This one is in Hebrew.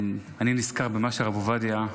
אני נזכר במה שהרב עובדיה,